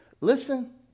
listen